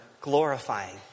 glorifying